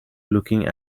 looking